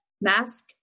mask